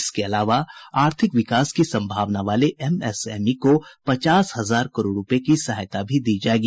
इसके अलावा आर्थिक विकास की संभावना वाले एमएसएमई को पचास हजार करोड रूपए की सहायता भी दी जाएगी